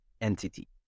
entity